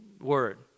word